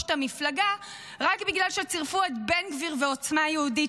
את המפלגה רק בגלל שצירפו את בן גביר ועוצמה יהודית,